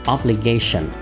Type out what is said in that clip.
Obligation